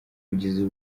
kugeza